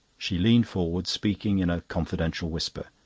she leaned forward, speaking in a confidential whisper